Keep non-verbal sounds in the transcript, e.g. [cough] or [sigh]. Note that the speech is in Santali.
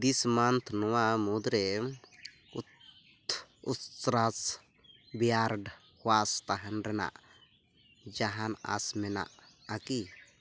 ᱫᱤᱥ ᱢᱟᱱᱛᱷ ᱱᱚᱣᱟ ᱢᱩᱫᱽᱨᱮ [unintelligible] ᱩᱥᱴᱨᱟ ᱵᱤᱭᱟᱨᱰ ᱚᱣᱟᱥ ᱛᱟᱦᱮᱱ ᱨᱮᱱᱟᱜ ᱡᱟᱦᱟᱱ ᱟᱥ ᱢᱮᱱᱟᱜᱼᱟ ᱠᱤ